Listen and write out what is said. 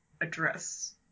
address